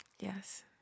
Yes